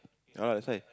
oh that's why